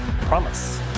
Promise